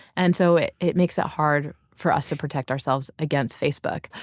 and so it it makes it hard for us to protect ourselves against facebook.